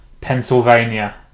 Pennsylvania